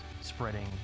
spreading